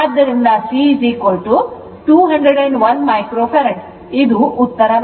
ಆದ್ದರಿಂದ C 201 microfarad ಇದು ಉತ್ತರ